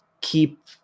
keep